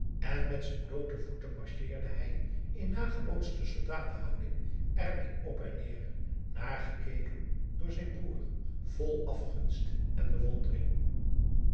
en met z'n bloote voeten marcheerde hij in nagebootste soldatenhouding ermee op en neer nagekeken door zijn broer vol afgunst en bewondering